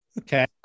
okay